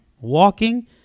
walking